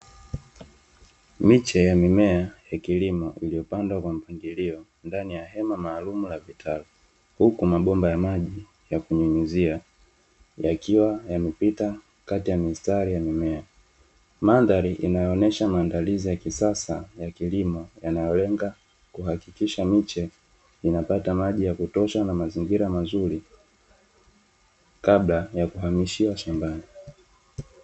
Miche ya mimea ya kilimo iliopandwa kwa mpangilio ndani ya hema maalum ya vitalu huku mabomba ya maji yakinyunyuzia yakiwa yamepita katikati ya mimea. Mandhari ya kilimo yanayolenga kuhakikisha miche inapata maji ya kutosha na mazingira mazuri kabla ya kuhamishia shambani.